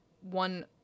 one